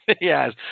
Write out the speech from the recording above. Yes